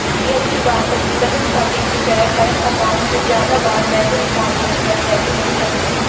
ये अच्छी बात है कि बचत खाते की तरह करंट अकाउंट में ज्यादा बार पैसे निकालने पर पैसे नही कटते है